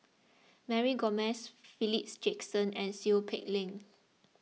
Mary Gomes Philip Jackson and Seow Peck Leng